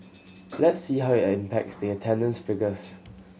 let's see how it impacts the attendance figures